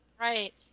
right